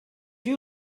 you